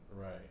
Right